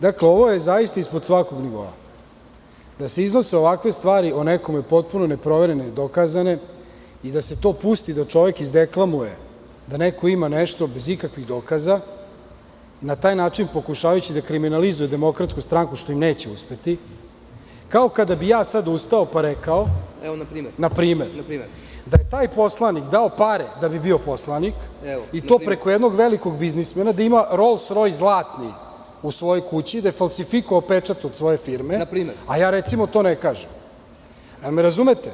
Dakle, ovo je zaista ispod svakog nivoa, da se iznose ovakve stvari o nekome, potpuno neproverene i dokazane i da se to pusti da čovek izdeklamuje da neko ima nešto bez ikakvih dokaza, na taj način pokušavajući da kriminalizuje DS, što im neće uspeti, kao kada bih ja sada ustao i rekao, na primer, da je taj poslanik dao pare da bi bio poslanik i to preko jednog velikog biznismena, da ima Rols Rojs zlatni u svojoj kući, da je falsifikovao pečat od svoje firme, a ja recimo to ne kažem, da li me razumete?